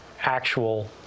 actual